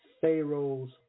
Pharaoh's